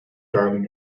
darling